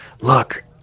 look